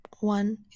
one